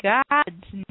God's